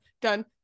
done